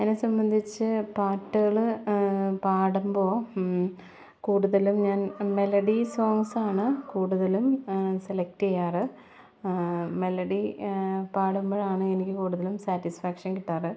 എന്നെ സംബന്ധിച്ച് പാട്ടുകൾ പാടുമ്പോൾ കൂടുതലും ഞാൻ മെലഡി സോങ്സാണ് കൂടുതലും സെലെക്റ്റ് ചെയ്യാറുള്ളത് മെലഡി പാടുമ്പോഴാണ് എനിക്ക് കൂടുതലും സ്റ്റാറ്റിസ്ഫാക്ഷൻ കിട്ടാറുള്ളത്